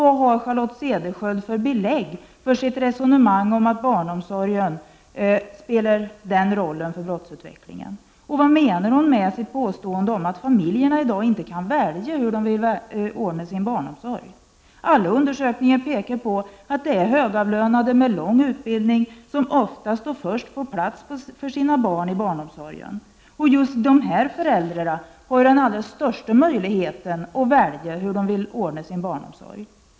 Vad har Charlotte Cederschiöld för belägg för sitt resonemang om att barnomsorgen spelar den rollen för brottsutvecklingen? Och vad menar hon med sitt påstående om att familjerna i dag inte kan välja hur man vill ordna sin barnomsorg? Alla undersökningar pekar på att det är de högavlönade med lång utbildning som oftast och först får plats för sina barn i barnomsorgen. Just dessa föräldrar har de allra största möjligheterna att välja hur de vill ordna sin barnomsorg.